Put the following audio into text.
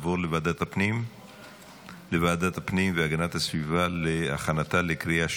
לוועדת הפנים והגנת הסביבה נתקבלה.